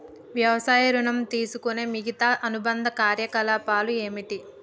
వ్యవసాయ ఋణం తీసుకునే మిగితా అనుబంధ కార్యకలాపాలు ఏమిటి?